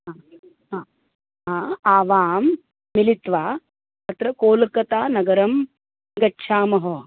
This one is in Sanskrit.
हा हा आवां मिलित्वा तत्र कोलकतानगरं गच्छामः